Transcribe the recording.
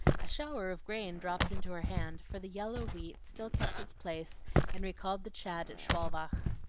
a shower of grain dropped into her hand, for the yellow wheat still kept its place and recalled the chat at schwalbach.